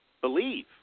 believe